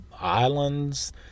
islands